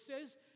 says